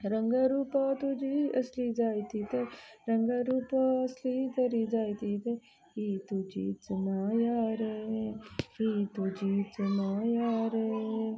रंग रुपां तुजीं असलीं जायतीं तर रंग रुपां आसलीं तरी जायतीं तर ही तुजीच माया रे ही तुजीच माया रे